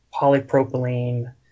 polypropylene